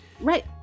Right